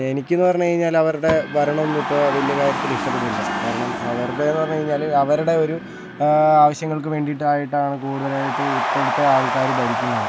എനിക്ക് എന്ന് പറഞ്ഞു കഴിഞ്ഞാൽ അവരുടെ ഭരണമൊന്നും ഇപ്പോൾ വലിയ കാര്യത്തിൽ ഇഷ്ടപ്പെടുന്നില്ല കാരണം അവരുടെയെന്ന് പറഞ്ഞു കഴിഞ്ഞാൽ അവരുടെ ഒരു ആവശ്യങ്ങൾക്ക് വേണ്ടിയിട്ട് ആയിട്ടാണ് കൂടുതലായിട്ട് ഇപ്പോഴത്തെ ആൾക്കാർ ഭരിക്കുന്നത്